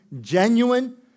genuine